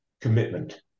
commitment